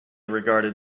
regarded